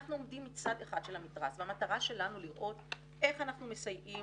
אנחנו עומדים מצד אחד של המתרס והמטרה שלנו לראות איך אנחנו מסייעים